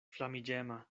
flamiĝema